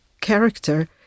character